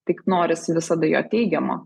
tik norisi visada jo teigiamo